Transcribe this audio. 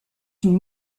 une